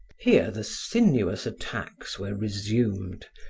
here the sinuous attacks were resumed,